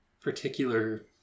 particular